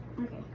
Okay